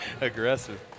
aggressive